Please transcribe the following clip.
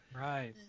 Right